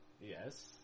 yes